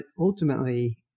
ultimately